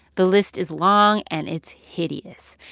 the list is long and it's hideous,